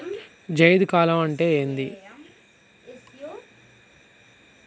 జైద్ కాలం అంటే ఏంది?